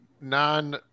non